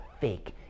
fake